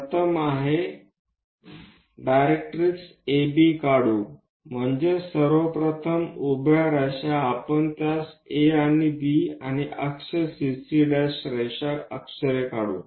प्रथम आहे directrix AB काढू म्हणजेच सर्वप्रथम उभ्या रेषा काढा आपण त्यास A आणि B नाव देऊ आणि अक्ष CC' काढू